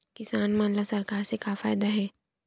किसान मन ला सरकार से का फ़ायदा हे?